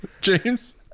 James